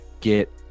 get